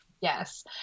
Yes